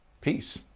Peace